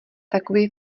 takový